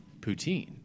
poutine